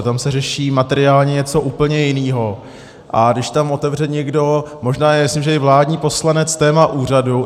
Tam se řeší materiálně něco úplně jiného, a když tam otevře někdo, možná je, myslím, i vládní poslanec, téma toho úřadu...